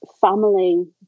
family